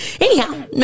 Anyhow